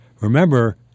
Remember